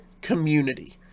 community